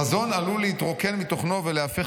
"-- חזון עלול להתרוקן מתוכנו וליהפך